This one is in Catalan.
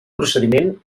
procediment